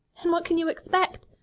and what can you expect?